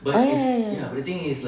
oh ya ya ya ya